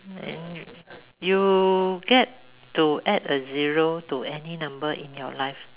you get to add a zero to any number in your life